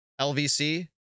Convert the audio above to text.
LVC